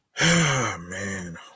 Man